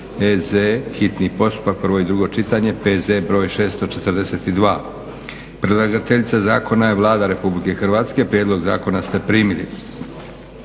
hitni postupak, prvo i drugo čitanje, P.Z. br. 642; Predlagateljica zakona je Vlada Republike Hrvatske. Prijedlog zakona ste primili.